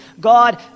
God